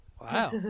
wow